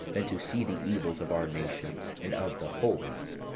than to see the evils of our nation, and of the holies